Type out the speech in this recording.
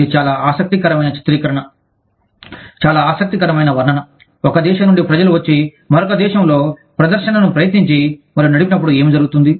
ఇది చాలా ఆసక్తికరమైన చిత్రీకరణ చాలా ఆసక్తికరమైన వర్ణన ఒక దేశం నుండి ప్రజలు వచ్చి మరొక దేశంలో ప్రదర్శనను ప్రయత్నించి మరియు నడిపినపుడు ఏమి జరుగుతుంది